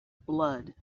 blood